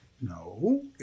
No